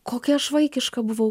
kokia aš vaikiška buvau